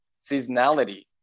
seasonality